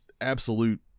absolute